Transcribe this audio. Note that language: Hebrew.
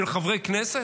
של חברי כנסת?